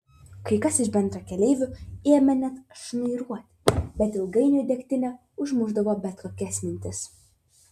kai kas iš bendrakeleivių ėmė net šnairuoti bet ilgainiui degtinė užmušdavo bet kokias mintis